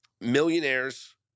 millionaires